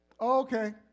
Okay